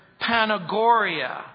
Panagoria